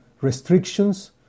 restrictions